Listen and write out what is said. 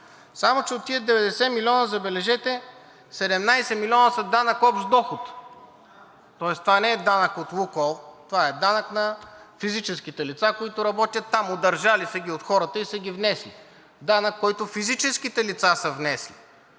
само че от тези 90 милиона, забележете, 17 милиона са данък общ доход, тоест това не е данък от „Лукойл“, а това е данък на физическите лица, които работят там, удържали са ги от хората и са ги внесли. Данък, който физическите лица са внесли,